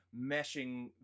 meshing